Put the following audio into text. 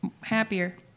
happier